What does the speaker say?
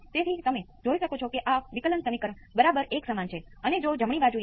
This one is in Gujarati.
તો જે તમે લાગુ કરી રહ્યા છો તેમાં વાસ્તવિક ઇનપુટ શું છે